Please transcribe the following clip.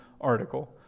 article